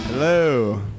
Hello